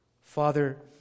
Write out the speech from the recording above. Father